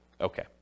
Okay